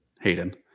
Hayden